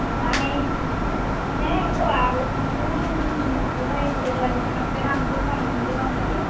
তাৰপৰা সেই খোৱা বস্তুবোৰ বোলে এইবিলাক দোকানতকৈ দামটো কম বুলি গম পাইছোঁ